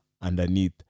underneath